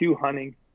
hunting